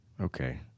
Okay